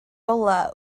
olau